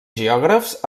geògrafs